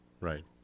Right